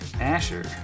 asher